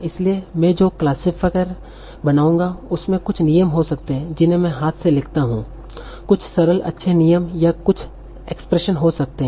इसलिए में जो क्लासिफायर बनाऊंगा उसमे कुछ नियम हो सकते हैं जिन्हें मैं हाथ से लिखता हूं कुछ सरल अच्छे नियम या यह कुछ एक्सप्रेशन हो सकते हैं